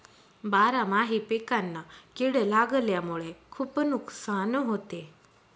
बारामाही पिकांना कीड लागल्यामुळे खुप नुकसान होते